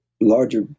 Larger